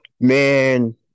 Man